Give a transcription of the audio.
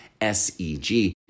SEG